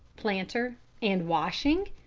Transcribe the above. planter and washing?